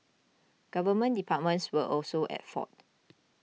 government departments were also at fault